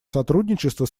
сотрудничество